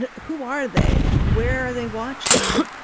and who are they? where are they watching?